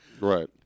Right